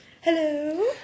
Hello